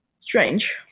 Strange